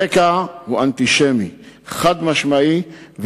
הרקע הוא אנטישמי חד-משמעי,